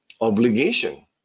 obligation